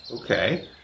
Okay